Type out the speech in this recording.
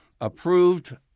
approved